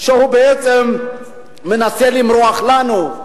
שהוא בעצם מנסה למרוח לנו,